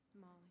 Molly